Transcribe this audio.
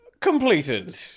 completed